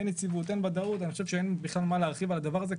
אין ודאות אין מה להרחיב על הדבר הזה,